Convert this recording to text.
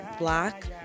black